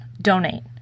donate